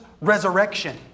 resurrection